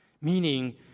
meaning